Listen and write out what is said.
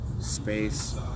space